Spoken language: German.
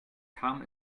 kam